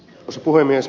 arvoisa puhemies